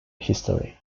history